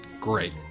great